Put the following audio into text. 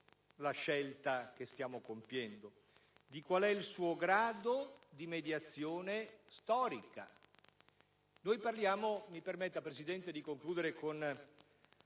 la scelta che stiamo compiendo, quale è il suo grado di mediazione storica.